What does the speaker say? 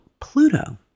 Pluto